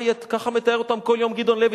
ככה מתאר אותם כל יום גדעון לוי.